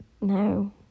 No